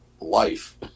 life